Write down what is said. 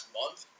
month